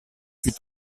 fut